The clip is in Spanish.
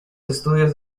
estudios